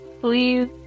please